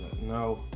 No